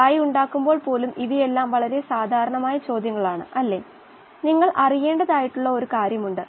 ദ്രാവക ഘട്ടത്തിൽ നിന്ന് ഓക്സിജൻ തന്മാത്രകൾ വാതകഘട്ടത്തിലേക്ക് നീങ്ങുന്ന നിരക്കും ഉണ്ട്